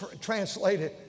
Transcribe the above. translated